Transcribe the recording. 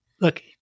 look